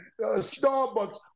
Starbucks